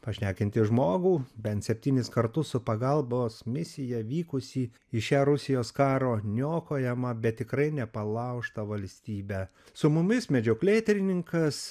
pašnekinti žmogų bent septynis kartu su pagalbos misija vykusį į šią rusijos karo niokojamą bet tikrai nepalaužtą valstybę su mumis medžioklėtyrininkas